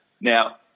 Now